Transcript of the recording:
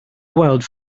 gweld